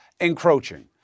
encroaching